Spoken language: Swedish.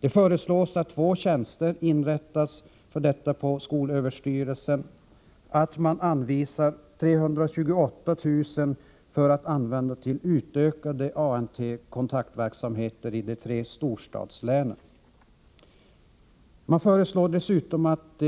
Det föreslås att två tjänster skall inrättas på skolöverstyrelsen för detta ändamål, att 328 000 kr. skall anvisas för att användas till utökade ANT-kontaktverksamheter i de tre storstadslänen. Man föreslår dessutom att